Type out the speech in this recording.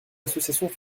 associations